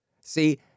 See